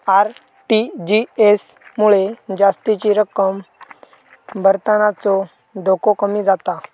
RTGS मुळे जास्तीची रक्कम भरतानाचो धोको कमी जाता